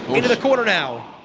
into the corner now.